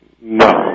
no